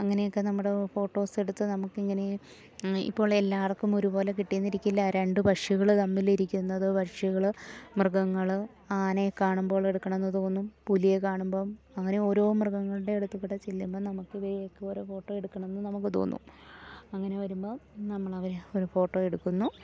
അങ്ങനെയൊക്കെ നമ്മുടെ ഫോട്ടോസ് എടുത്ത് നമുക്കിങ്ങനെയും ഇപ്പോളെല്ലാവർക്കും ഒരു പോലെ കിട്ടിയെന്നിരിക്കില്ല രണ്ടു പക്ഷികൾ തമ്മിലിരിക്കുന്നത് പക്ഷികൾ മൃഗങ്ങൾ ആനയെ കാണുമ്പോൾ എടുക്കുന്നതെന്നു തോന്നും പുലിയെ കാണുമ്പം അങ്ങനെയോരോ മൃഗങ്ങളുടെ അടുത്തു കൂടി ചെല്ലുമ്പം നമുക്കിവയെയൊക്കെ ഓരോ ഫോട്ടോയെടുക്കണമെന്നു നമുക്ക് തോന്നും അങ്ങനെ വരുമ്പോൾ നമ്മളവരെയൊരു ഫോട്ടോ എടുക്കുന്നു